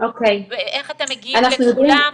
ואיך אתם מגיעים לכולם,